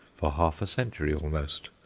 for half a century almost,